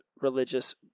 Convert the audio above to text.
religious